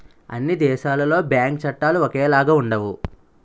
అన్ని దేశాలలో బ్యాంకు చట్టాలు ఒకేలాగా ఉండవు